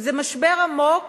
וזה משבר עמוק